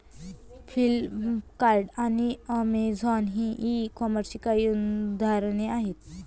Flipkart आणि Amazon ही e कॉमर्सची काही उदाहरणे आहे